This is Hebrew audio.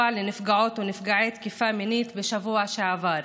לנפגעות ונפגעי תקיפה מינית בשבוע שעבר: